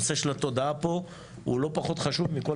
הנושא של התודעה פה הוא לא פחות חשוב מכל